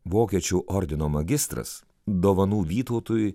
vokiečių ordino magistras dovanų vytautui